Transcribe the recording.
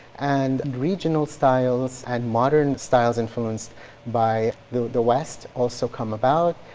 and and regional styles and modern styles influenced by the the west also come about.